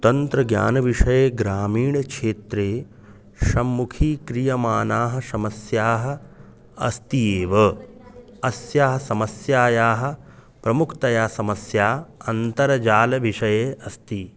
तन्त्रज्ञानविषये ग्रामीणक्षेत्रे सम्मुखीक्रियमाणाः समस्याः अस्ति एव अस्याः समस्यायाः प्रमुखतया समस्या अन्तर्जालविषये अस्ति